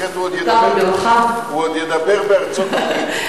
אחרת הוא ידבר בארצות-הברית.